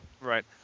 right